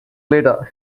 later